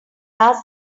ask